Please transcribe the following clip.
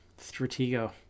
Stratego